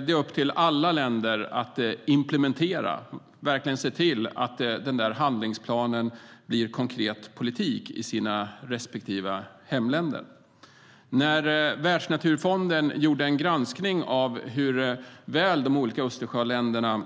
Det är upp till alla att implementera handlingsplanen och verkligen se till att den blir konkret politik i de respektive hemländerna. Världsnaturfonden gjorde en granskning av hur väl de olika Östersjöländerna